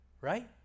right